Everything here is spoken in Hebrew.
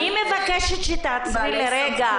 אני מבקשת שתעצרי לרגע.